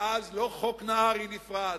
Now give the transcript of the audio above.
ואז לא חוק נהרי נפרד,